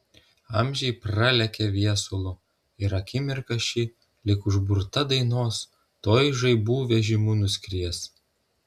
amžiai pralekia viesulu ir akimirka ši lyg užburta dainos tuoj žaibų vežimu nuskries